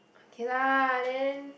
okay lah then